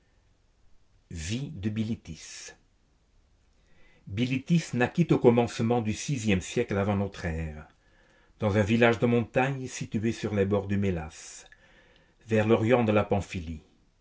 vie de bilitis bilitis naquit au commencement du sixième siècle avant notre ère dans un village de montagnes situé sur les bords du mélas vers l'orient de la pamphylie